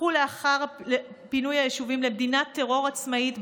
הפכו לאחר פינוי היישובים למדינת טרור עצמאית,